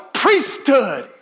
priesthood